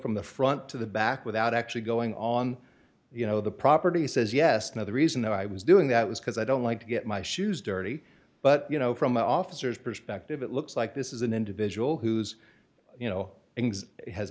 from the front to the back without actually going on you know the property says yes now the reason i was doing that was because i don't like to get my shoes dirty but you know from the officers perspective it looks like this is an individual who's you know